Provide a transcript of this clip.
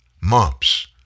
mumps